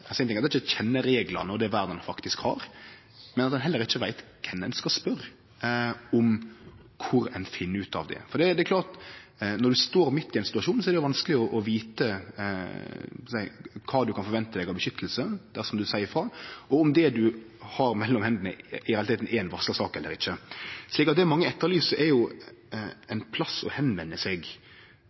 ting er at dei ikkje kjenner reglane og det vernet dei faktisk har, men dei veit heller ikkje kven dei skal spørje om kvar ein finn ut av det. For det er klart at når ein står midt i ein situasjon, er det vanskeleg å vite kva ein kan vente seg av vern dersom ein seier ifrå, og om det ein har mellom hendene, i realiteten er ei varslarsak eller ikkje. Så det mange etterlyser, er ein plass å vende seg. No kan ein sjølvsagt vende seg til Arbeidstilsynet, ein kan vende seg